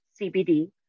CBD